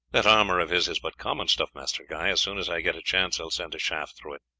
that armour of his is but common stuff, master guy as soon as i get a chance i will send a shaft through it.